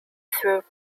through